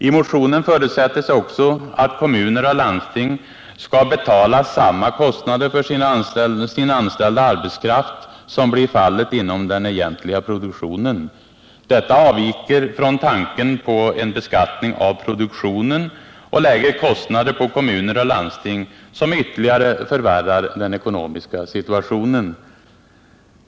I motionen förutsättes också att kommuner och landsting skall betala samma kostnader för sin anställda arbetskraft som blir fallet inom den egentliga produktionen. Detta avviker från tanken på en beskattning av produktionen och lägger kostnader på kommuner och landsting, som ytterligare förvärrar den ekonomiska situationen.